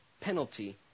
penalty